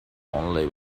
only